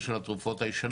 בדבר הזה את צודקת לחלוטין.